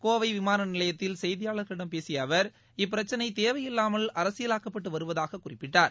கோவை விமான நிலையத்தில் செய்தியாளர்களிடம் பேசிய அவர் இப்பிரச்சினை தேவையில்லாமல் அரசியலாக்கப்பட்டு வருவதாகக் குறிப்பிட்டார்